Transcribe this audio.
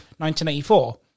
1984